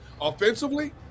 offensively